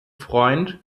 freund